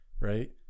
right